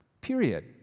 period